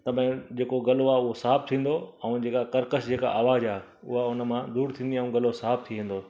त भई जेको गलो आहे उहो साफ़ु थींदो ऐं जेका कर्कश जेका आवाज़ आहे उहा हुन मां दूर थींदी ऐं गलो साफ़ु थी वेंदो